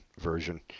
version